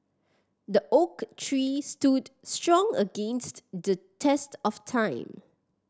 the oak tree stood strong against the test of time